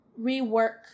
rework